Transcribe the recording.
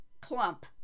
clump